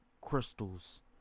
crystals